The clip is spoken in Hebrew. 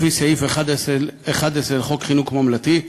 לפי סעיף 11 לחוק חינוך ממלכתי,